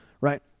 right